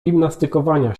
gimnastykowania